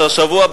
שהשבוע,